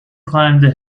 climbed